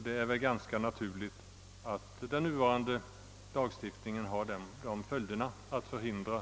Det är ganska naturligt att en konsekvens av den nuvarande lagstiftningen är att ett sådant utbud försvåras.